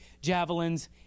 javelins